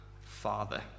father